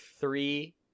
three